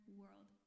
world